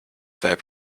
fair